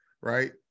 right